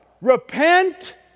Repent